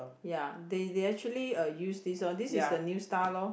ya they they actually uh use this lor this is the new style lor